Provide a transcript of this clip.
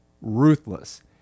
ruthless